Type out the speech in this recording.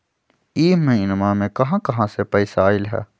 इह महिनमा मे कहा कहा से पैसा आईल ह?